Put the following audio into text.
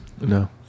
No